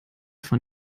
von